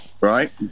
right